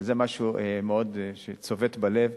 זה משהו שצובט מאוד בלב,